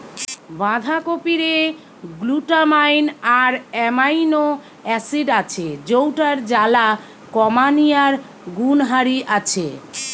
বাঁধাকপিরে glutamine আর amino acid আছে যৌটার জ্বালা কমানিয়ার গুণহারি আছে